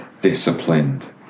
disciplined